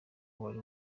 uwari